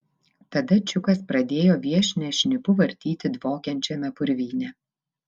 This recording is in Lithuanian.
tada čiukas pradėjo viešnią šnipu vartyti dvokiančiame purvyne